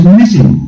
missing